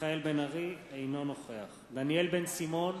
אינו נוכח דניאל בן-סימון,